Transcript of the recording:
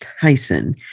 Tyson